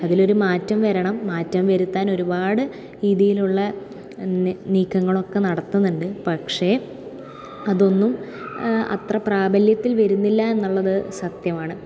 അതിലൊരു മാറ്റം വരണം മാറ്റം വരുത്താനൊരുപാട് രീതീയിലുള്ള നീക്കങ്ങളൊക്കെ നടത്തുന്നുണ്ട് പക്ഷേ അതൊന്നും അത്ര പ്രാബല്യത്തിൽ വരുന്നില്ല എന്നുള്ളത് സത്യമാണ്